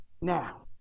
Now